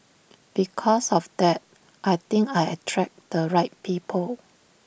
because of that I think I attract the right people